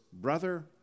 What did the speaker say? brother